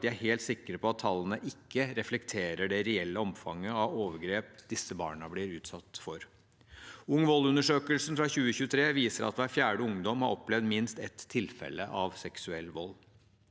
de er helt sikre på at tallene ikke reflekterer det reelle omfanget av overgrep disse barna blir utsatt for. UngVold-undersøkelsen fra 2023 viser at hver fjerde ungdom har opplevd minst ett tilfelle av seksuell vold.